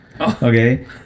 okay